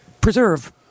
preserve